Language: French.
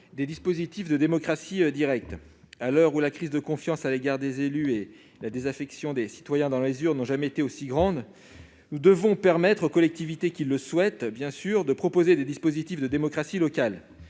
des dispositifs de démocratie directe. À l'heure où la crise de confiance à l'égard des élus et la désaffection des citoyens pour les urnes n'ont jamais été aussi grandes, nous devons autoriser les collectivités qui le souhaitent à développer des instruments de démocratie locale.